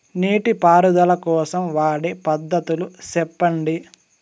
నీటి పారుదల కోసం వాడే పద్ధతులు సెప్పండి?